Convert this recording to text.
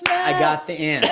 i got the in.